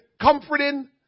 comforting